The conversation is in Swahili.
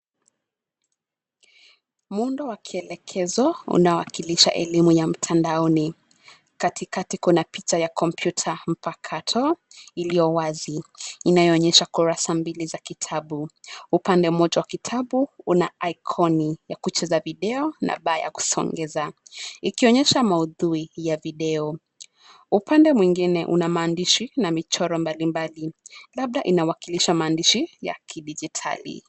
Muundo wa kielekezo unawakilisha elimu ya mtandaoni; katikati kuna picha ya kompyuta mpakato iliyowazi, inayoonyesha kurasa mbili za kitabu, upande mmoja wa kitabu una ikoni ya kucheza video, na namba ya kusongeza, ikionyesha maudhui ya video . Upande mwingine uko na maandishi na michoro mbalimbali labda inawakilisha maandishi ya kijiditari.